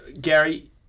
Gary